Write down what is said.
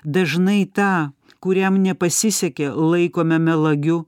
dažnai tą kuriam nepasisekė laikome melagiu